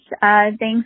thanks